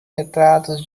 retratos